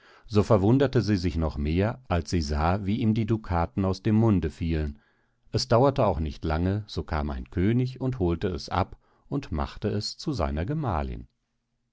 so verwunderte sie sich noch mehr als sie sah wie ihm die ducaten aus dem munde fielen es dauerte auch nicht lange so kam ein könig und holte es ab und machte es zu seiner gemahlin